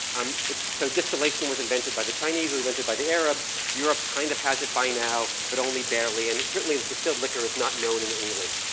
um it's, so distillation was invented by the chinese, it was invented by the arabs, europe kind of has it by now, but only barely. and it's certainly, distilled liquor is not known in england.